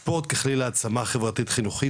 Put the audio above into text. ספורט ככלי להעצמת חברתית חינוכית,